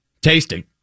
Tasting